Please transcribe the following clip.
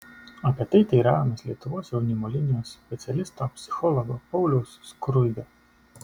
apie tai teiravomės lietuvos jaunimo linijos specialisto psichologo pauliaus skruibio